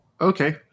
Okay